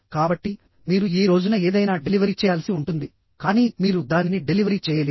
కాబట్టి మీరు ఈ రోజున ఏదైనా డెలివరీ చేయాల్సి ఉంటుంది కానీ మీరు దానిని డెలివరీ చేయలేరు